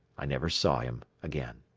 i never saw him again.